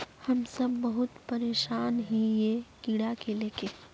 हम सब बहुत परेशान हिये कीड़ा के ले के?